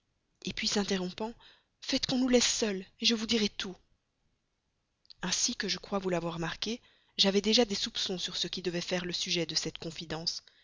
et puis s'interrompant faites qu'on nous laisse seules je vous dirai tout ainsi que je crois vous l'avoir marqué j'avais déjà des soupçons sur ce qui devait faire le sujet de cette confidence